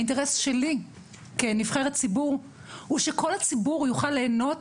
האינטרס שלי כנבחרת ציבור הוא שכל הציבור יוכל ליהנות